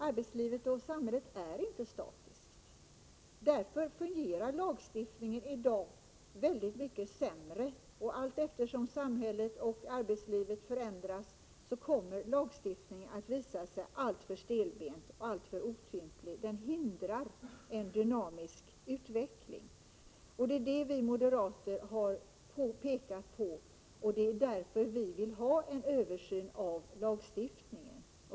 Arbetslivet och samhället är inte statiska. Därför fungerar lagstiftningen i dag väldigt mycket sämre, och allteftersom samhället och arbetslivet förändras kommer lagstiftningen att visa sig alltför stelbent och alltför otymplig. Den hindrar en dynamisk utveckling. Det är detta som vi moderater har påpekat, och det är därför som vi vill ha en översyn av lagstiftningen.